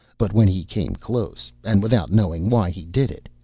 but when he came close, and without knowing why he did it,